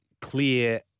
clear